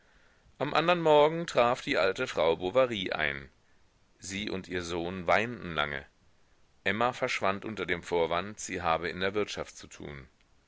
am andern morgen traf die alte frau bovary ein sie und ihr sohn weinten lange emma verschwand unter dem vorwand sie habe in der wirtschaft zu tun